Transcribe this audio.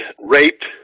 raped